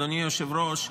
אדוני היושב-ראש,